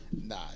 nah